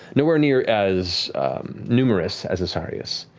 nowhere near as numerous as asarius,